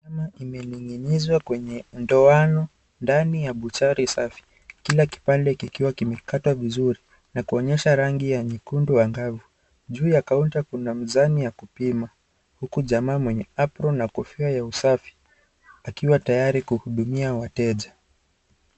Nyama imeninginizwa kwenye ndoano ndani ya butchery safi, kila kjpande kikiwa kimekatwa vizuri na kuinyesha rangi ya nyekundu angavu, juu ya counter kuna mizani ya kupima huku jamaa mwenye apron na kofia ya usafi akiwa tayari kuhudumia wateja.